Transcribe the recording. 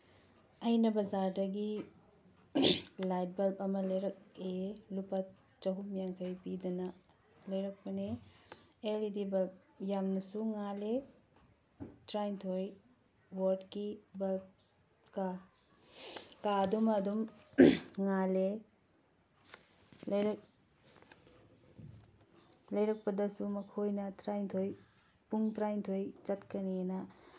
ꯑꯩꯅ ꯕꯖꯥꯔꯗꯒꯤ light bulb ꯑꯃ ꯂꯩꯔꯛꯏ ꯂꯨꯄꯥ ꯆꯍꯨꯝ ꯌꯥꯡꯈꯩ ꯄꯤꯗꯅ ꯂꯩꯔꯛꯄꯅꯤ ꯑꯦꯜ ꯏ ꯗꯤ ꯕꯜꯕ ꯌꯥꯝꯅ ꯉꯥꯜꯂꯦ ꯇꯔꯥꯅꯤꯊꯣꯏ ꯋꯥꯠꯀꯤ ꯕꯜꯕ ꯀꯥꯗꯨꯃ ꯑꯗꯨꯝ ꯉꯥꯜꯂꯦ ꯂꯩꯔꯛ ꯂꯩꯔꯛꯄꯗꯁꯨ ꯃꯈꯣꯏꯅ ꯇꯔꯥꯅꯤꯊꯣꯏ ꯄꯨꯡ ꯇꯔꯥꯅꯤꯊꯣꯏ ꯆꯠꯀꯅꯤꯅ